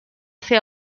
fer